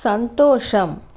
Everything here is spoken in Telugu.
సంతోషం